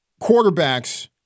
quarterbacks